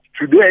Today